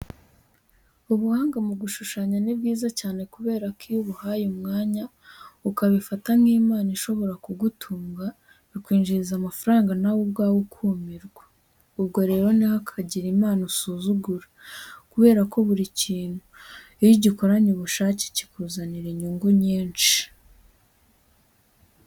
Ubuhanga mu gushushanya ni bwiza cyane kubera ko iyo ubuhaye umwanya, ukabifata nk'impano ishobora kugutunga, bikwinjiriza amafaranga nawe ubwawe ukumirwa. Ubwo rero ntihakagire impano usuzugura kubera ko buri kintu iyo ugikoranye ubushake kikuzanira inyungu nyinshi.